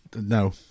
no